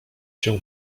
się